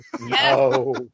no